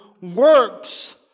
works